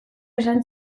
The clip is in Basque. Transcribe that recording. esan